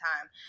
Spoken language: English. time